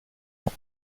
ans